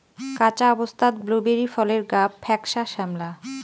কাঁচা অবস্থাত ব্লুবেরি ফলের গাব ফ্যাকসা শ্যামলা